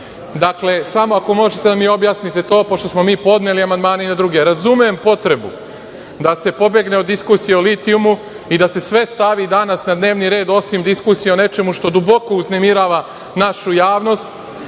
Dakle, samo ako možete da mi objasnite to, pošto smo mi podneli amandmane i na druge. Razumem potrebu da se pobegne od diskusije o litijumu i da se sve stavi danas na dnevni red, osim o diskusije o nečemu što duboko uznemirava našu javnost,